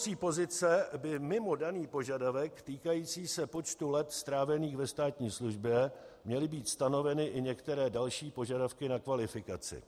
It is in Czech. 4.3 Pro vedoucí pozice by mimo daný požadavek týkající se počtu let strávených ve státní službě měly být stanoveny i některé další požadavky na kvalifikaci.